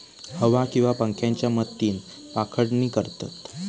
हवा किंवा पंख्याच्या मदतीन पाखडणी करतत